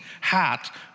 hat